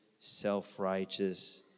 self-righteous